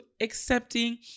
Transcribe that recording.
accepting